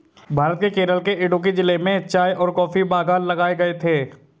भारत के केरल के इडुक्की जिले में चाय और कॉफी बागान लगाए गए थे